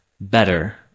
better